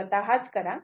तुम्ही स्वतःच करा